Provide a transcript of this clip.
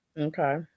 Okay